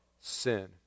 sin